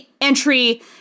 entry